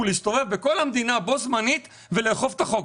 להסתובב בכל המדינה בו זמנית ולאכוף את החוק.